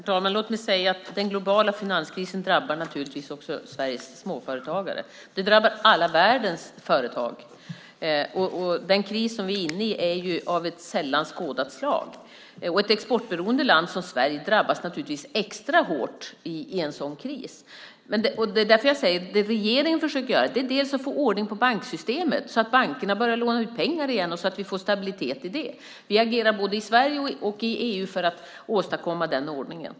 Herr talman! Låt mig säga att den globala finanskrisen naturligtvis också drabbar Sveriges småföretagare. Den drabbar alla världens företag. Den kris som vi är inne i är av ett sällan skådat slag. Ett exportberoende land som Sverige drabbas naturligtvis extra hårt i en sådan kris. Det regeringen försöker göra är bland annat att få ordning på banksystemet, så att bankerna börjar låna ut pengar igen och så att vi får stabilitet i det. Vi agerar både i Sverige och i EU för att åstadkomma den ordningen.